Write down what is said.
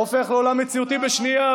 הופך לעולם מציאותי בשנייה,